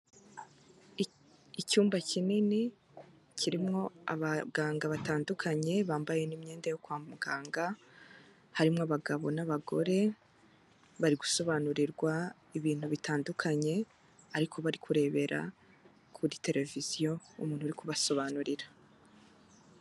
Icyumba kinini kirimo abaganga batandukanye bambaye n'imyenda yo kwa muganga, harimo abagabo n'abagore bari gusobanurirwa ibintu bitandukanye ariko bari kurebera kuri televiziyo umuntu uri kubasobanurira.